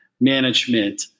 management